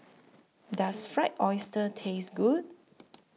Does Fried Oyster Taste Good